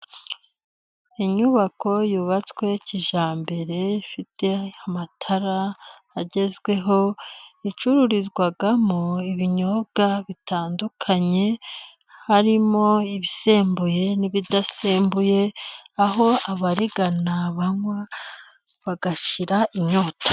Inyubako yubatswe kijambere, ifite amatara agezweho, icururizwamo ibinyobwa bitandukanye harimo ibisembuye n'ibidasembuye, aho abarigana banywa bagashira inyota.